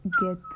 get